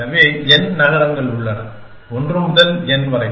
எனவே N நகரங்கள் உள்ளன 1 முதல் N வரை